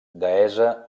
deessa